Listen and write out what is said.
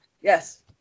yes